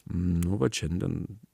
nu vat šiandien